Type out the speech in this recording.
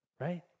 right